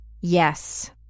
yes